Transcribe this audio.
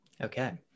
Okay